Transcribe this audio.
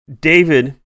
David